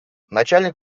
начальник